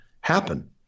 happen